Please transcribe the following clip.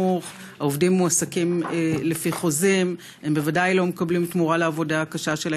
טובים, אני פותח את מליאת הכנסת.